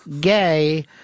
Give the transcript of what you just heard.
Gay